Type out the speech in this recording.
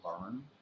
learn